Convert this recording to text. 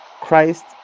Christ